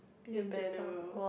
in general